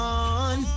on